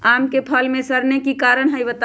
आम क फल म सरने कि कारण हई बताई?